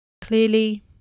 Clearly